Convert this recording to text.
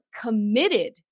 committed